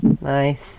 nice